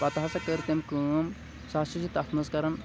پتہٕ ہاسا کٔر تٔمۍ کٲم سُہ ہاسا چھُ تتھ منٛز کَران